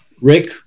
Rick